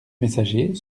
messager